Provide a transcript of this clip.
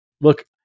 Look